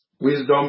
Wisdom